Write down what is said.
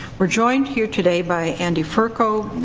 we're joined here today by andy furco,